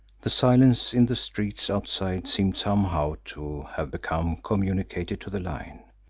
the silence in the streets outside seemed somehow to have become communicated to the line,